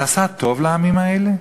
זה עשה טוב לעמים האלה?